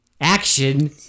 action